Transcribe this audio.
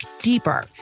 deeper